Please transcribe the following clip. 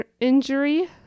injury